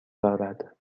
دارد